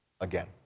again